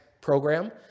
program